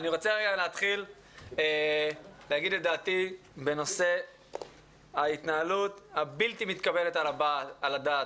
אני רוצה לומר את דעתי בנושא ההתנהלות הבלתי מתקבלת על הדעת,